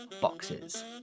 boxes